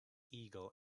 eagle